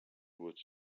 with